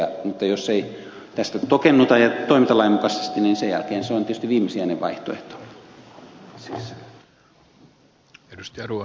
mutta jos ei tästä toeta ja toimita lainmukaisesti niin sen jälkeen se on tietysti viimesijainen vaihtoehto